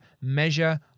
measure